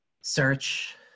search